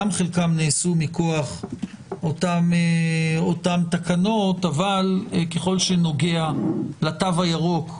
גם חלקם נעשו מכוח אותן תקנות אבל ככל שנוגע לתו הירוק,